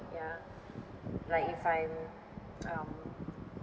ya like if I'm um